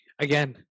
again